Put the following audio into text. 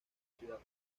ciudad